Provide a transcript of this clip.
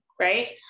right